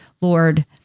Lord